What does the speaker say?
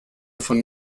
von